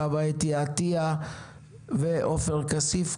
חוה אתי עטייה ועופר כסיף,